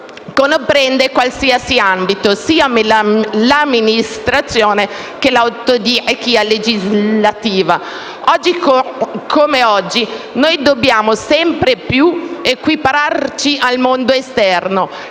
comprende qualsiasi ambito sia l'amministrazione che l'autodichia legislativa. Oggi come oggi, noi dobbiamo sempre più equipararci al mondo esterno